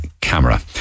camera